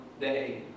day